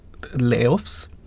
layoffs